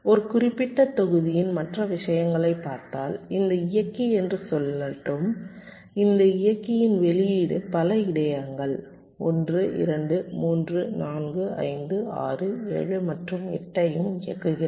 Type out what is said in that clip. ஒரு குறிப்பிட்ட தொகுதியின் மற்ற விஷயங்களைப் பார்த்தால் இந்த இயக்கி என்று சொல்லட்டும் இந்த இயக்கியின் வெளியீடு பல இடையகங்கள் 1 2 3 4 5 6 7 மற்றும் 8 யும் இயக்குகிறது